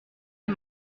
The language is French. ses